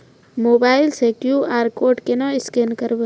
Mobile से QR code केना scan करबै?